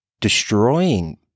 destroying